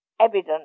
evidence